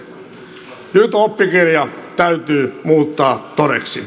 nyt oppikirja täytyy muuttaa todeksi